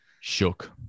Shook